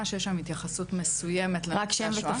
שיש להם התייחסות מסוימת לניצולי השואה.